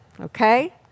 Okay